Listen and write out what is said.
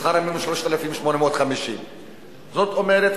שכר המינימום 3,850. זאת אומרת,